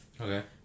Okay